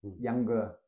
younger